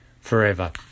forever